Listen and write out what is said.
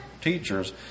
teachers